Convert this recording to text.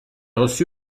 reçu